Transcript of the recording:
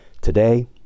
today